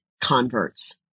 converts